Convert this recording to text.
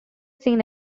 seen